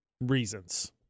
reasons